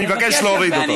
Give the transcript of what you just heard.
אני מבקש להוריד אותו.